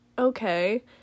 Okay